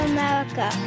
America